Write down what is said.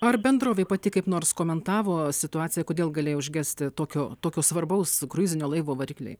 ar bendrovė pati kaip nors komentavo situaciją kodėl galėjo užgesti tokio tokio svarbaus kruizinio laivo varikliai